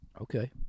Okay